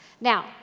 Now